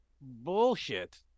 bullshit